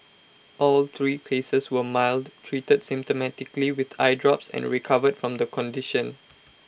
all three cases were mild treated symptomatically with eye drops and recovered from the condition